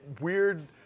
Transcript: weird